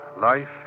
life